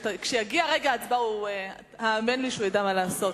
כשיגיע רגע ההצבעה, האמן לי שהוא ידע מה לעשות.